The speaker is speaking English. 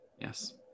Yes